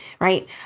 right